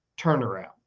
turnaround